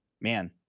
man